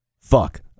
Fuck